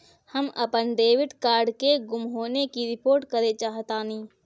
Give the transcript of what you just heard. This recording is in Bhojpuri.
हम अपन डेबिट कार्ड के गुम होने की रिपोर्ट करे चाहतानी